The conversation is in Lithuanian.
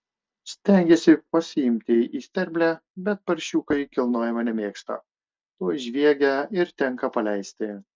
stengiasi pasiimti į sterblę bet paršiukai kilnojimo nemėgsta tuoj žviegia ir tenka paleisti